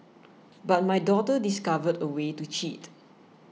but my daughter discovered a way to cheat